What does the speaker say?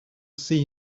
see